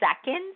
seconds